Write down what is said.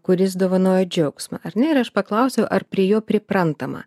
kuris dovanojo džiaugsmą ar ne ir aš paklausiau ar prie jo priprantama